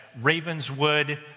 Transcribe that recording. Ravenswood